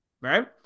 right